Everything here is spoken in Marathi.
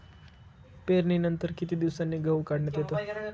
पेरणीनंतर किती दिवसांनी गहू काढण्यात येतो?